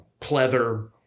pleather